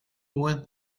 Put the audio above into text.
went